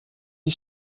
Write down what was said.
die